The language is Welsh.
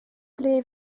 ble